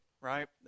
right